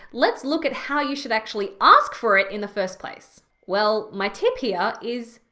let's look at how you should actually ask for it in the first place. well, my tip here is,